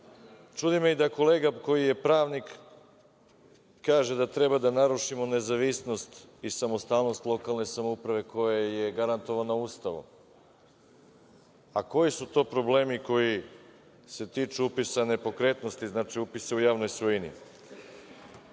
čudi me da i kolega koji je pravnik kaže da treba da narušimo nezavisnost i samostalnost lokalne samouprave koja je garantovana Ustavom. Koji su to problemi koji se tiču upisa nepokretnosti, znači upisa u javnoj svojini? Kao